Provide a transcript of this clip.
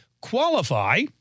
qualify